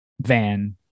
Van